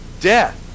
death